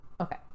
Okay